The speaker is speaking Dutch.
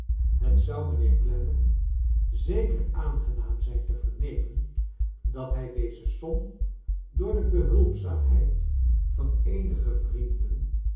het zou kleine dorrit mijnlieer clennam zeker aangenaam zijn te vernemen dat hij deze som door de behulpzaamheid van eenige vrienden